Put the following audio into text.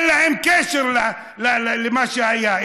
אין להם קשר למה שהיה,